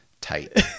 tight